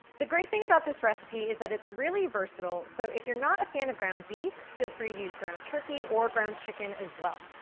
the great thing about this recipe is that it's really versatile, so if you're not a fan of ground beef, feel free to use ground turkey or ground chicken as well.